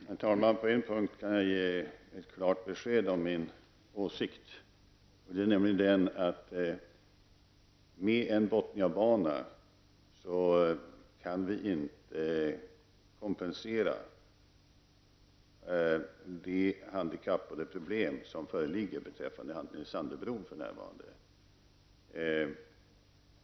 Herr talman! På en punkt kan jag ge ett klart besked om min åsikt. Med en Bottniabana kan vi inte kompensera det handikapp och det problem som för närvarande föreligger beträffande Sandöbron.